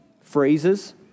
phrases